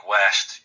West